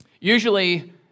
usually